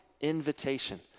invitation